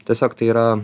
tiesiog tai yra